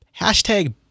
hashtag